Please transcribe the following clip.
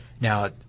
Now